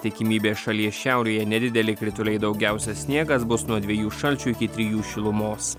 didesnė tikimybė šalies šiaurėje nedideli krituliai daugiausia sniegas bus nuo dviejų šalčio iki trijų šilumos